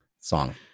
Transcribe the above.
song